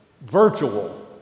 virtual